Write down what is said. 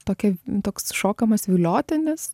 tokia toks šokamas viliotinis